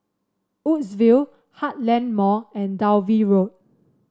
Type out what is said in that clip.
Woodsville Heartland Mall and Dalvey Road